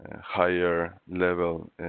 higher-level